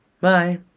bye